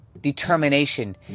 determination